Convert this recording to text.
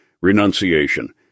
renunciation